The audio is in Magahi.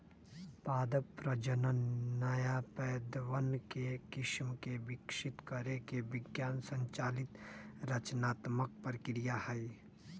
पादप प्रजनन नया पौधवन के किस्म के विकसित करे के विज्ञान संचालित रचनात्मक प्रक्रिया हई